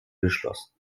geschlossen